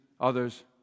Others